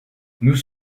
nous